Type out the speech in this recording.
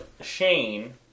Shane